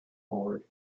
board